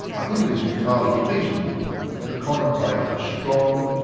i think it is entirely feasible to contemplate a strong,